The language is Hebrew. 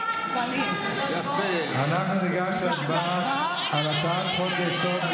אנחנו ניגש להצבעה על הצעת חוק-יסוד: